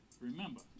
Remember